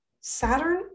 Saturn